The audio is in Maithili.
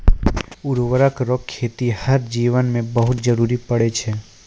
उर्वरक रो खेतीहर जीवन मे बहुत जरुरी पड़ै छै